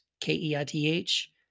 K-E-I-T-H